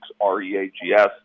R-E-A-G-S